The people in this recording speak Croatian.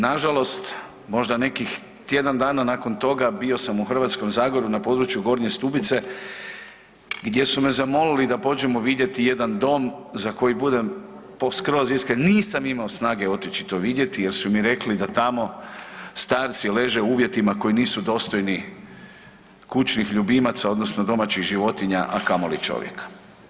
Nažalost, možda nekih tjedan dana nakon toga bio sam u Hrvatskom zagorju na području Gornje Stubice gdje su me zamolili da pođemo vidjeti jedan dom za koji budem skroz iskren nisam imao snage otići to vidjeti jer su mi rekli da tamo starci leže u uvjetima koji nisu dostojni kućnih ljubimaca odnosno domaćih životinja, a kamoli čovjeka.